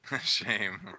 Shame